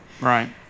Right